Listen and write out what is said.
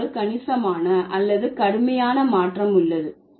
பொருள் ஒரு கணிசமான அல்லது கடுமையான மாற்றம் உள்ளது